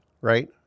Right